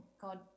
God